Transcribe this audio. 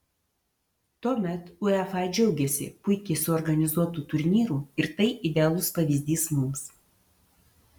tuomet uefa džiaugėsi puikiai suorganizuotu turnyru ir tai idealus pavyzdys mums